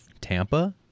Tampa